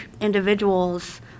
individuals